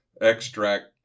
extract